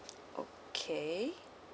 okay